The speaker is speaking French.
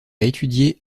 étudié